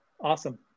Awesome